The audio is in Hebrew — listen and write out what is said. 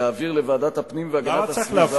להעביר לוועדת הפנים והגנת הסביבה את הצעת חוק,